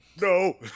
No